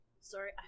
sorry